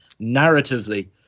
narratively